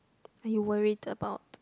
are you worried about